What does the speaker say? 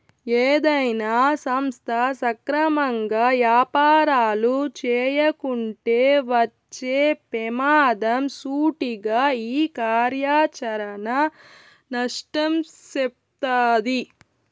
ఏదైనా సంస్థ సక్రమంగా యాపారాలు చేయకుంటే వచ్చే పెమాదం సూటిగా ఈ కార్యాచరణ నష్టం సెప్తాది